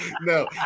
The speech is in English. no